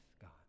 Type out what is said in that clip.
God